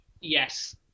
yes